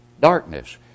darkness